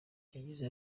yagize